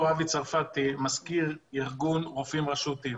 אבי צרפתי חברי הוא מזכיר ארגון רופאים רשותיים.